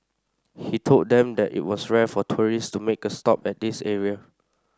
he told them that it was rare for tourists to make a stop at this area